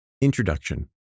Introduction